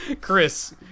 Chris